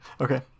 okay